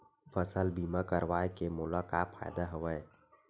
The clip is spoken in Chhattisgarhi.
फसल बीमा करवाय के मोला का फ़ायदा हवय?